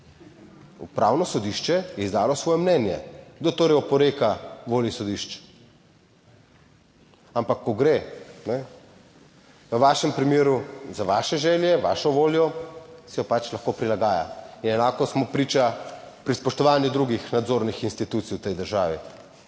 Upravno sodišče je izdalo svoje mnenje. Kdo torej oporeka volji sodišč? Ampak, ko gre v vašem primeru za vaše želje, vašo voljo, si jo pač lahko prilagaja. In enako smo priča pri spoštovanju drugih nadzornih institucij v tej državi,